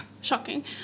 shocking